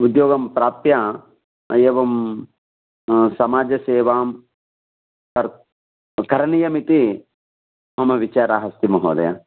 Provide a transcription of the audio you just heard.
उद्योगं प्राप्य एवं समाजसेवां कर् करणीयमिति मम विचारः अस्ति महोदय